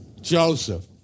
Joseph